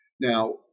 Now